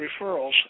referrals